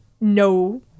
no